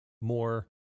more